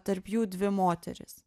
tarp jų dvi moterys